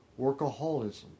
workaholism